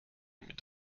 mit